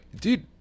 dude